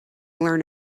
learn